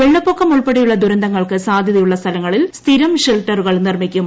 വെള്ളപ്പൊക്കം ഉൾപ്പെടെയുള്ള ദ്യർന്ത്ങൾക്ക് സാധ്യതയുള്ള സ്ഥലങ്ങളിൽ സ്ഥിരം ഷെൽട്ടറുകൾ നിർമിക്കും